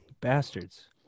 Bastards